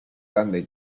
grande